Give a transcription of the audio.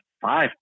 five